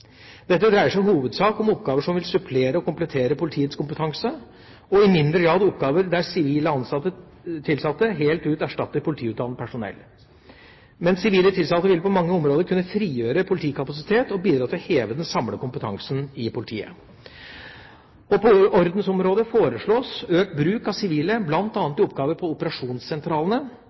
Dette dreier seg i hovedsak om oppgaver som vil supplere og komplettere politiets kompetanse, og i mindre grad oppgaver der sivile tilsatte helt ut erstatter politiutdannet personell. Men sivile tilsatte vil på mange områder kunne frigjøre politikapasitet og bidra til å heve den samlede kompetansen i politiet. På ordensområdet foreslås økt bruk av sivile, til oppgaver som bl.a. gjelder operasjonssentralene, publikumsmottak, arrest, grensekontroll, trafikktjeneste, sjø- og miljøtjeneste og beredskapsplanlegging. På